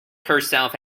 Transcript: herself